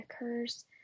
occurs